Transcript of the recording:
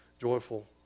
joyful